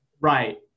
Right